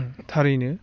थारैनो